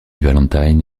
valentine